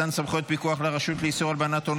מתן סמכות פיקוח לרשות לאיסור הלבנת הון